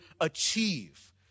achieve